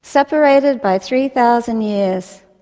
separated by three thousand years,